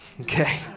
Okay